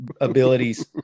abilities